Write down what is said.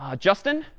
ah justin,